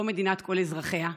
לא מדינת כל אזרחיה.